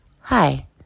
hi